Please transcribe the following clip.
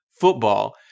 football